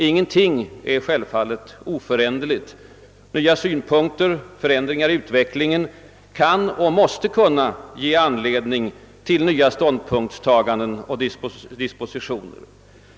Ingenting är självfallet oföränderligt; nya synpunkter och förändringar i utvecklingen kan och måste kunna ge anledning till nya ståndpunktstaganden och dispositioner.